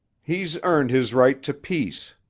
he's earned his right to peace.